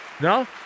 No